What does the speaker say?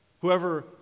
Whoever